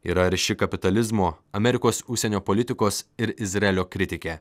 yra arši kapitalizmo amerikos užsienio politikos ir izraelio kritikė